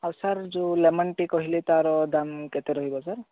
ଆଉ ସାର୍ ଯେଉଁ ଲେମନ୍ ଟି କହିଲେ ତା'ର ଦାମ୍ କେତେ ରହିବ ସାର୍